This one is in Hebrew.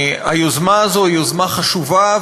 היוזמה הזאת היא יוזמה חשובה,